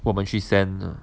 我们去 send